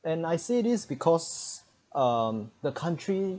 and I say this because um the country